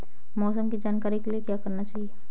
मौसम की जानकारी के लिए क्या करना चाहिए?